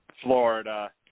Florida